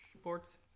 sports